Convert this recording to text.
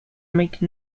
make